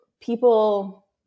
people